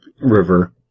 river